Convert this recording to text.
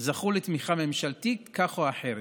זכו לתמיכה ממשלתית כזו או אחרת,